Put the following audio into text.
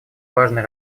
важной